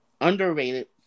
underrated